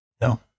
No